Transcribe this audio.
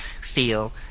feel